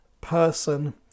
person